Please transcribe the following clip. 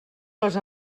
les